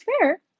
fair